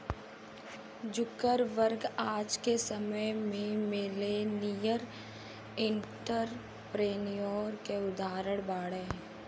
Zuckerberg आज के समय में मिलेनियर एंटरप्रेन्योर के उदाहरण बाड़े